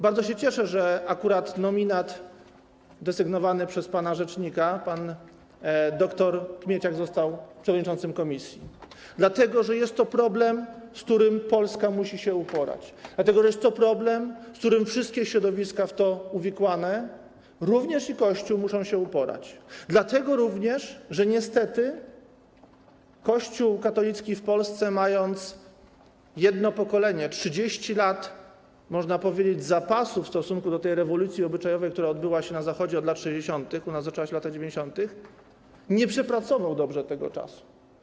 Bardzo się cieszę, że akurat nominat desygnowany przez pana rzecznika, pan dr Kmieciak, został przewodniczącym komisji, dlatego że jest to problem, z którym Polska musi się uporać, dlatego że jest to problem, z którym wszystkie środowiska w to uwikłane, również i Kościół, muszą się uporać, dlatego również, że niestety Kościół katolicki w Polsce, mając jedno pokolenie, 30 lat, można powiedzieć, zapasu w stosunku do tej rewolucji obyczajowej, która dokonywała się na Zachodzie od lat 60., a która u nas zaczęła się w latach 90., nie przepracował dobrze tego czasu.